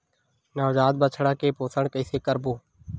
नवजात बछड़ा के पोषण कइसे करबो?